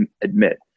admit